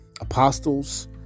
apostles